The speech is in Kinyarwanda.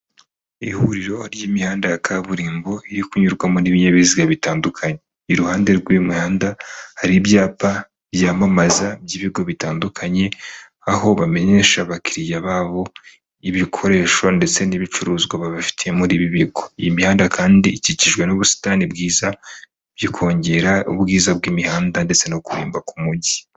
Ihuriro ry'imihanda ya kaburimbo iri kunyurwamo n' ibinyabiziga bitandukanye, iruhande rw'uyi mihanda hari ibyapa byamamaza by'ibigo bitandukanye, aho bamenyesha abakiriya babo ibikoresho ndetse n'ibicuruzwa babifite muri ibi bigo. Iyi mihanda kandi ikikijwe n'ubusitani bwiza bwo kongera ubwiza bw'imihanda ndetse no kurimba ku mujyi.